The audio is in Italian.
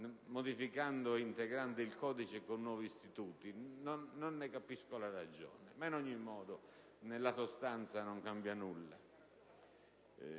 modificando o integrando il codice con nuovi istituti. Non ne capisco la ragione; ad ogni modo, nella sostanza non cambia nulla.